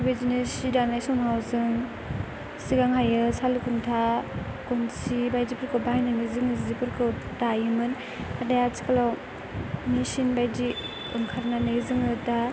बेबायदिनो सि दानाय समाव जों सिगांहायो साल खुन्था गनसि बायदिफोरखौ बाहायनानै जोङो सिफोरखौ दायोमोन नाथाय आथिखालाव मेसिन बायदि ओंखारनानै जोङो दा